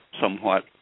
somewhat